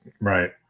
right